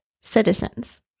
Citizens